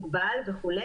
זה מוגבל וכו',